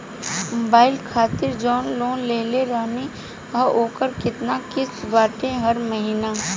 Mobile खातिर जाऊन loan लेले रहनी ह ओकर केतना किश्त बाटे हर महिना?